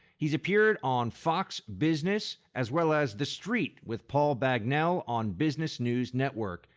he's appeared on fox business as well as the street with paul bagnell on business news network.